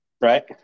Right